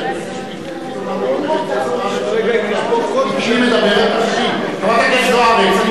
מגברתי לומר לגברת זוארץ שהיא לא יכולה,